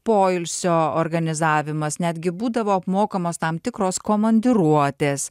poilsio organizavimas netgi būdavo apmokamos tam tikros komandiruotės